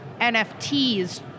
NFTs